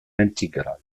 intégral